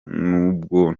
nubwo